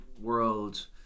world